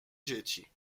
dzieci